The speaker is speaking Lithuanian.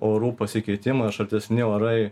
orų pasikeitimai ar šaltesni orai